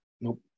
Nope